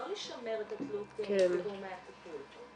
לא לשמר את התלות בגורמי הטיפול.